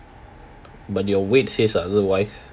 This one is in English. but your weight says otherwise